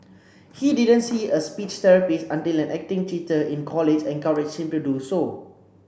he didn't see a speech therapist until an acting teacher in college encouraged him to do so